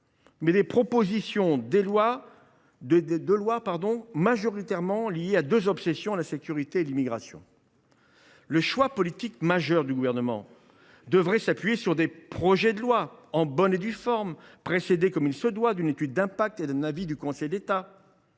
mais des propositions de loi qui, en majorité, expriment deux obsessions : la sécurité et l’immigration ! Les choix politiques essentiels du Gouvernement devraient s’appuyer sur des projets de loi en bonne et due forme, accompagnés comme il se doit d’une étude d’impact et d’un avis du Conseil d’État.